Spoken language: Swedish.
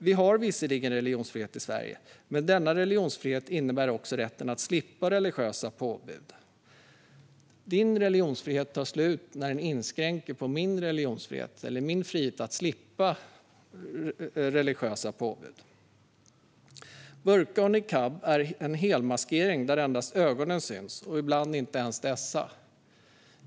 Vi har visserligen religionsfrihet i Sverige, men denna religionsfrihet innebär också en rätt att slippa religiösa påbud. Din religionsfrihet tar slut när den inskränker min religionsfrihet eller min frihet att slippa religiösa påbud. Burka och niqab är en helmaskering där endast ögonen syns och ibland inte ens dessa.